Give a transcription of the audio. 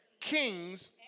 Kings